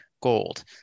gold